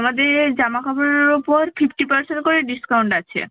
আমাদের জামা কাপড়ের উপর ফিফটি পার্সেন্ট করে ডিসকাউন্ট আছে